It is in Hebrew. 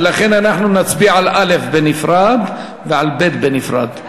ולכן אנחנו נצביע על א' בנפרד ועל ב' בנפרד.